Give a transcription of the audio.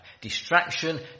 Distraction